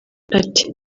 ati